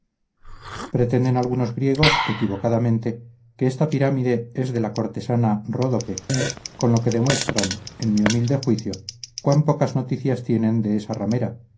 pretenden algunos griegos equivocadamente que esta pirámide es de la cortesana ródope con lo que demuestran en mi humilde juicio cuán pocas noticias tienen de esa ramera